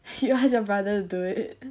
you ask your brother do it